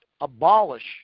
abolish